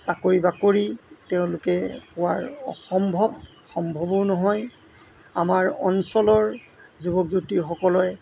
চাকৰি বাকৰি তেওঁলোকে পোৱাৰ অসম্ভৱ সম্ভৱো নহয় আমাৰ অঞ্চলৰ যুৱক যুৱতীসকলে